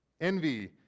envy